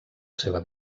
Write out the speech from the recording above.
seva